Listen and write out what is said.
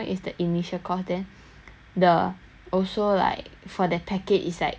the also like for their package is like that big amount money